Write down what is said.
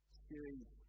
series